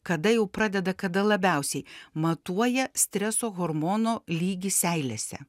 kada jau pradeda kada labiausiai matuoja streso hormono lygį seilėse